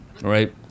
Right